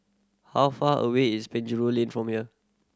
how far away is Penjuru Lane from here